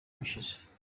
bishize